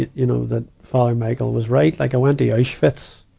you know, that father michael was right. like, i went to auschwitz,